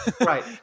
Right